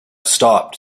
stopped